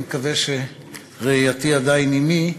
ואני מקווה שראייתי עדיין עמי,